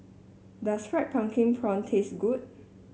does fried pumpkin prawn taste good